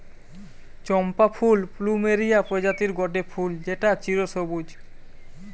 চম্পা ফুল প্লুমেরিয়া প্রজাতির গটে ফুল যেটা চিরসবুজ